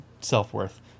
self-worth